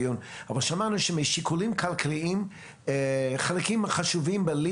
--- שמענו שמשיקולים כלכליים חלקים חשובים ב-